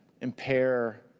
impair